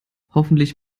hoffentlich